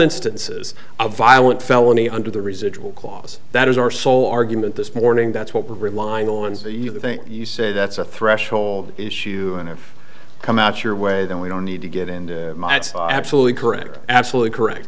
instances of violent felony under the residual clause that is our sole argument this morning that's what we're relying on you think you say that's a threshold issue and then come out your way then we don't need to get in my it's absolutely correct absolutely correct